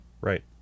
right